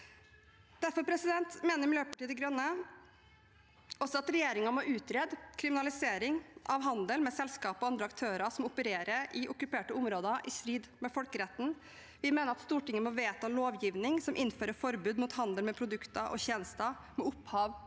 Derfor mener Miljøpartiet De Grønne også at regjeringen må utrede kriminalisering av handel med selskaper og andre aktører som opererer i okkuperte områder, i strid med folkeretten. Vi mener Stortinget må vedta lovgivning som innfører forbud mot handel med produkter og tjenester med opphav